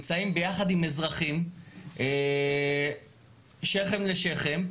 נמצאים ביחד עם אזרחים שכם לשכם,